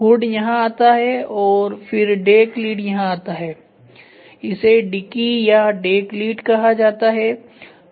hood यहां आता है और फिर डेक लीड यहां आता है या इसे डिकी या डेक लीड कहा जाता है